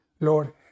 Lord